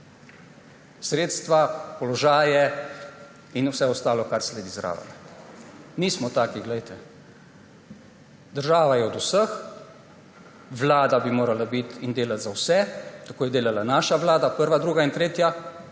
sredstva, položaje in vse ostalo, kar sodi zraven. Mi nismo taki. Država je od vseh, vlada bi morala biti in delati za vse. Tako je delala naša vlada, prva, druga in tretja.